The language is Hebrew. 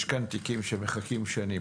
יש כאן תיקים שמחכים שנים,